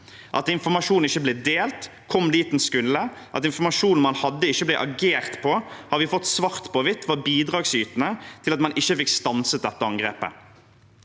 At informasjon ikke ble delt, ikke kom dit den skulle, at informasjon man hadde, ikke ble agert på, har vi fått svart på hvitt var bidragsytende til at man ikke fikk stanset dette angrepet.